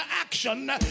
action